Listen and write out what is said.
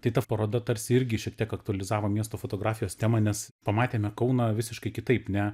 tai ta paroda tarsi irgi šiek tiek aktualizavo miesto fotografijos temą nes pamatėme kauną visiškai kitaip ne